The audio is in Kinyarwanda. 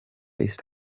east